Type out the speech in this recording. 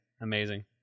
amazing